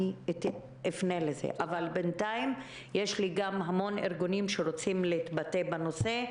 אני אפנה אבל בינתיים יש גם ארגונים שרוצים להתבטא בנושא,